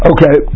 Okay